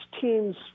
teams